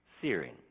Searing